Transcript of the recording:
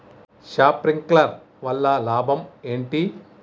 Sprinkler వల్ల లాభం ఏంటి?